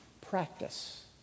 practice